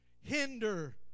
hinder